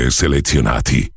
selezionati